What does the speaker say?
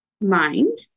mind